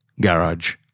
garage